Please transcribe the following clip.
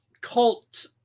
cult